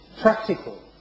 practical